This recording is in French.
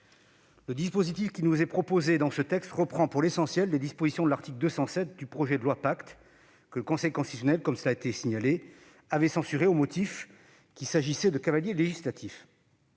Le dispositif qui nous est proposé dans ce texte reprend pour l'essentiel les dispositions de l'article 207 du projet de loi Pacte, que le Conseil constitutionnel avait censurées au motif qu'il s'agissait de cavaliers législatifs.